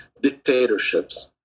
dictatorships